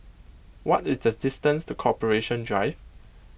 what is the distance to Corporation Drive